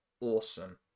awesome